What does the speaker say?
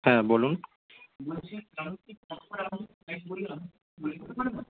হ্যাঁ বলুন